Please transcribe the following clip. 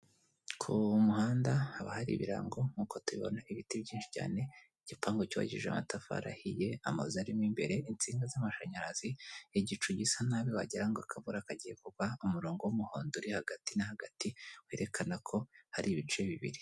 Ku mu muhanda haba hari ibirango nk'uko tubibona ibiti byinshi cyane, igipangu cyubakishije amatafari ahiye, amazu arimo imbere insinga z'amashanyarazi, igicu gisa nabi wagirango ngo akavura kagiye kugwa, umurongo w'umuhondo uri hagati na hagati werekana ko hari ibice bibiri.